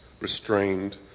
restrained